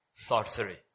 sorcery